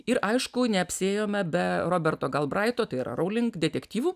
ir aišku neapsėjome be roberto galbraito tai yra rouling detektyvų